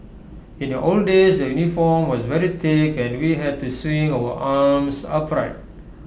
in the old days the uniform was very thick and we had to swing our arms upright